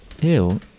Ew